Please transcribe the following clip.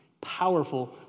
powerful